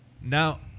now